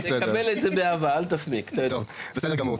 טוב, בסדר גמור.